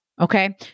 Okay